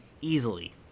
easily